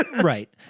right